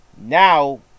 Now